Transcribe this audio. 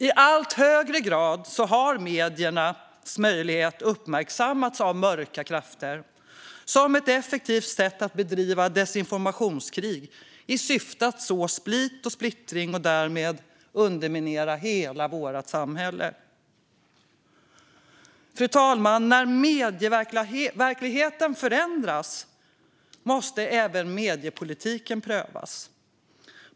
I allt högre grad har mediernas möjligheter uppmärksammats av mörka krafter som ett effektivt sätt att bedriva desinformationskrig i syfte att så split och splittring och därmed underminera hela vårt samhälle. Fru talman! När medieverkligheten förändras måste även mediepolitiken prövas.